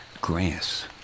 grass